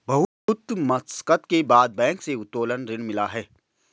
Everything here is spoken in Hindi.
बहुत मशक्कत के बाद बैंक से उत्तोलन ऋण मिला है